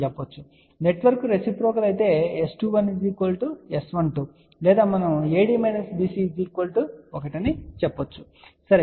కాబట్టి network reciprocal అయితే S21 S12 లేదా మనము AD BC 1 అని చెప్పవచ్చు సరే